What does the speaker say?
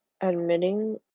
admitting